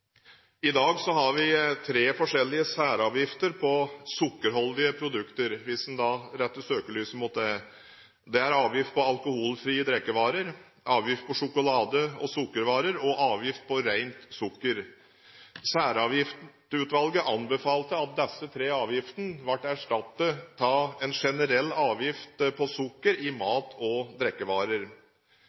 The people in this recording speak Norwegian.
I dag har vi tre forskjellige særavgifter på sukkerholdige produkter – hvis en da retter søkelyset mot det. Det er avgift på alkoholfrie drikkevarer, avgift på sjokolade og sukkervarer og avgift på reint sukker. Særavgiftsutvalget anbefalte at disse tre avgiftene ble erstattet av en generell avgift på sukker i mat og